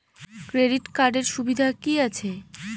Credit কার্ডের সুবিধা কি আছে?